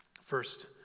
First